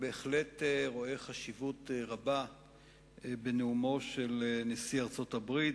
בהחלט רואה חשיבות רבה בנאומו של נשיא ארצות-הברית,